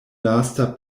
lasta